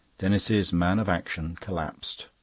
denis's man of action collapsed,